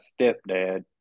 stepdad